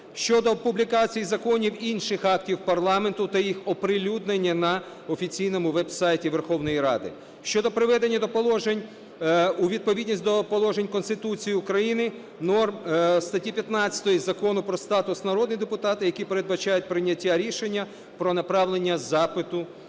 Щодо публікацій законів, інших актів парламенту, то їх оприлюднення на офіційному веб-сайті Верховної Ради. Щодо приведення до положень… у відповідність до положень Конституції України норм статті 15 Закону про статус народного депутата, які передбачають прийняття рішення про направлення запиту,